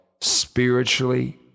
spiritually